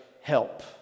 help